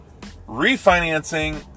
refinancing